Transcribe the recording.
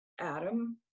Adam